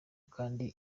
kandi